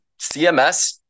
CMS